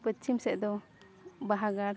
ᱯᱚᱪᱷᱤᱢ ᱥᱮᱫ ᱫᱚ ᱵᱟᱦᱟ ᱜᱟᱲ